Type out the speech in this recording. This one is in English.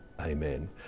Amen